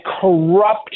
corrupt